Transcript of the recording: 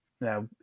Now